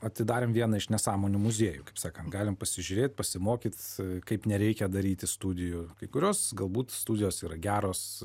atidarėm vieną iš nesąmonių muziejų kaip sakant galim pasižiūrėt pasimokyt kaip nereikia daryti studijų kai kurios galbūt studijos yra geros